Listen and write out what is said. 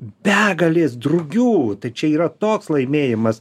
begalės drugių tai čia yra toks laimėjimas